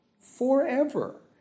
forever